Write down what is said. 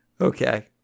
Okay